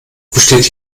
besteht